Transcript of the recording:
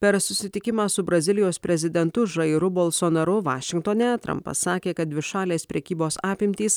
per susitikimą su brazilijos prezidentu žairu bolsonaru vašingtone trampas sakė kad dvišalės prekybos apimtys